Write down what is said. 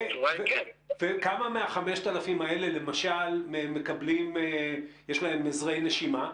כמה מה-5,000 האלה, למשל, יש להם עזרי נשימה?